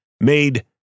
made